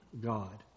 God